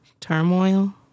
turmoil